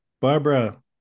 Barbara